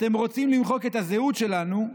אתם רוצים למחוק את הזהות שלנו.